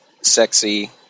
sexy